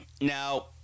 Now